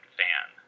fan